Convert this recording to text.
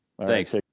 Thanks